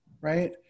right